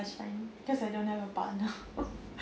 best friend cause I don't have a partner